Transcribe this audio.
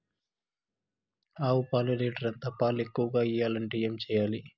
ఆవు పాలు లీటర్ ఎంత? పాలు ఎక్కువగా ఇయ్యాలంటే ఏం చేయాలి?